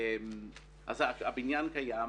הבניין קיים.